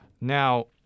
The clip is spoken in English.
Now